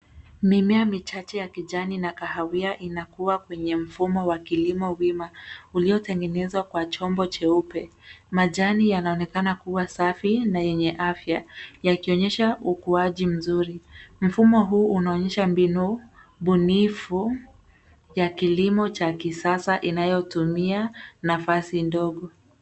Miche ya kijani , na kahawia inakua kwenye mfumo wa kilimo wima, uliotengenezwa kwa chombo cheupe. Majani yanaonekana kuwa safi, na yenye afya, yakionyehsa ukuaji mzuri. Mfumo huu unaonyesha mbinu bunifu ya kilimo cha kisasa inayotumia nafasi ndogo.